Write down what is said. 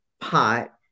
pot